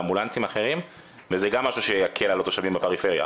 לאמבולנסים אחרים וזה גם משהו שיקל על התושבים בפריפריה,